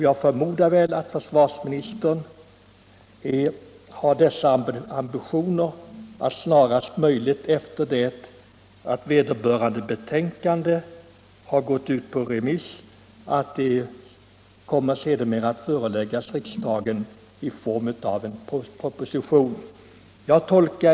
Jag förväntar att försvarsministern har ambitionen att snarast möjligt efter det att vederbörande betänkande remissbehandlats förelägga riksdagen en proposition i ärendet.